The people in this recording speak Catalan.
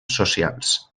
socials